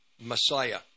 Messiah